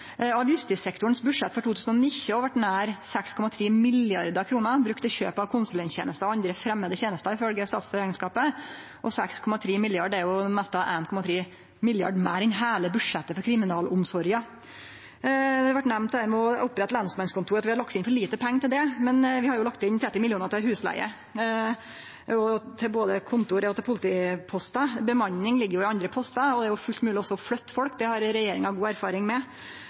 budsjett for 2019 vart ifølge statsrekneskapen nær 6,3 mrd. kr brukt til kjøp av konsulenttenester og andre framande tenester, og 6,3 mrd. kr er jo nesten 1,3 mrd. kr meir enn heile budsjettet for kriminalomsorga. Når det gjeld å opprette lensmannskontor, vart det nemnt her at vi har lagt inn for lite pengar til det, men vi har jo lagt inn 30 mill. kr til husleige, til både kontor og politipostar. Bemanning ligg i andre postar, og det er fullt mogleg å flytte folk, det har jo regjeringa god erfaring med,